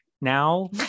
now